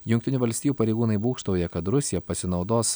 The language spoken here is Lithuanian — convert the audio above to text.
jungtinių valstijų pareigūnai būgštauja kad rusija pasinaudos